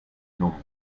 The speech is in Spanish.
nombre